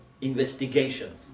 investigation